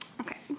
Okay